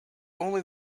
only